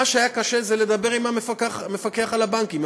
מה שהיה קשה זה לדבר עם המפקחת על הבנקים.